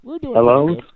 Hello